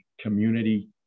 community